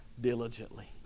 diligently